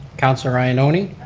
councilor ioannoni.